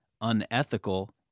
unethical